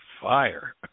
fire